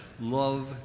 love